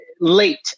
late